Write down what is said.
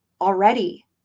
already